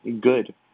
good